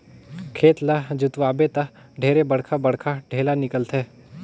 खेत ल जोतवाबे त ढेरे बड़खा बड़खा ढ़ेला निकलथे